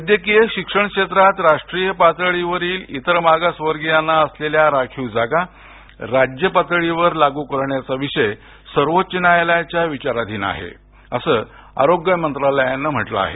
वैद्यकीय शिक्षण क्षेत्रात राष्ट्रीय पातळीवरील इतर मागास वर्गियांना असलेल्या राखीव जागा राज्य पातळीवर लागू करण्याचा विषय सर्वोच्च न्यायालयाच्या विचाराधीन आहे असं आरोग्य मंत्रालयानं म्हटलं आहे